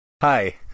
Hi